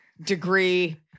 degree